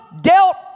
dealt